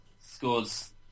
Scores